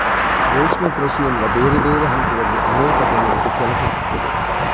ರೇಷ್ಮೆ ಕೃಷಿಯಿಂದ ಬೇರೆ ಬೇರೆ ಹಂತದಲ್ಲಿ ಅನೇಕ ಜನರಿಗೆ ಕೆಲಸ ಸಿಗ್ತದೆ